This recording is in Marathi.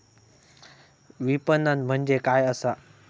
विपणन म्हणजे काय असा?